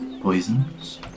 poisons